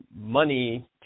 money